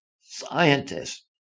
scientists